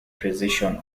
precision